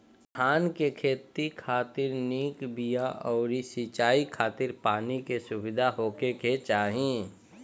धान के खेती खातिर निक बिया अउरी सिंचाई खातिर पानी के सुविधा होखे के चाही